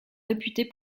réputés